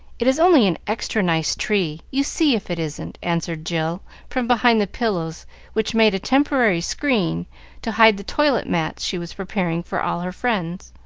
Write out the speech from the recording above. it is only an extra nice tree, you see if it isn't, answered jill from behind the pillows which made a temporary screen to hide the toilet mats she was preparing for all her friends.